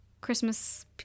Christmas